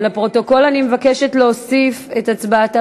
לפרוטוקול אני מבקשת להוסיף את הצבעתה